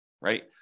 right